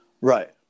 Right